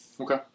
Okay